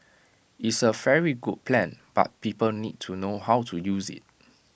is A very good plan but people need to know how to use IT